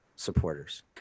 Supporters